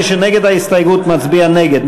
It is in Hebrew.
מי שנגד ההסתייגות מצביע נגד.